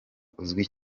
uzwi